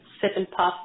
sip-and-puff